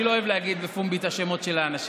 אני לא אוהב להגיד בפומבי את השמות של האנשים.